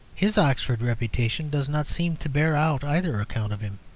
his oxford reputation does not seem to bear out either account of him.